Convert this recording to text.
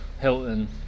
Hilton